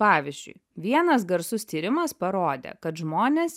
pavyzdžiui vienas garsus tyrimas parodė kad žmonės